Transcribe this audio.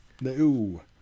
No